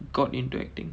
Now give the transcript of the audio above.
got into acting